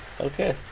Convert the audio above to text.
Okay